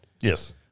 Yes